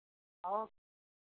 और